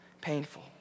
painful